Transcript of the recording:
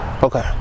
Okay